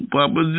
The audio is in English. Papa